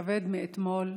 כבד מאתמול,